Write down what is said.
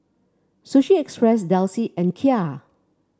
Sushi Express Delsey and Kia